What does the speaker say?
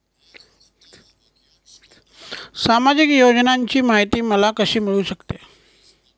सामाजिक योजनांची माहिती मला कशी मिळू शकते?